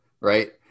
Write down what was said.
right